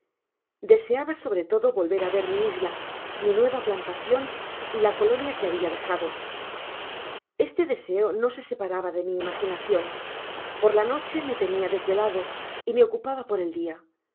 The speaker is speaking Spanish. deseaba sobre todo volver á ver mi isla mi nueva plantacion y la colonia que habia dejado este deseo no se separaba de mi imaginacion por la noche me tenia desvelado y me ocupaba por el dia